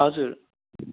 हजुर